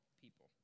people